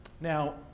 Now